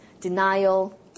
denial